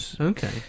Okay